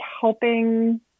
helping